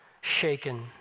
shaken